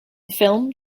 film